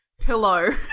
pillow